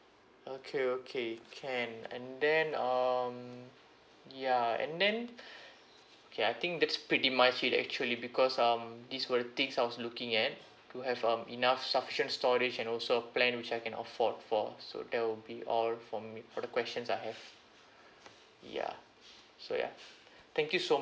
okay okay can and then um yeah and then okay I think that's pretty much it actually because um these were the things I was looking at to have um enough sufficient storage and also a plan which I can afford for so that will be all for me for the questions I have yeah so yeah thank you so